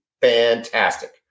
fantastic